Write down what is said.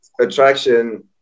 attraction